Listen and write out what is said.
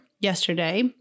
yesterday